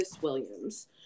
Williams